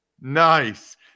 Nice